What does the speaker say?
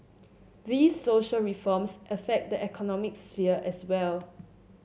these social reforms affect the economic sphere as well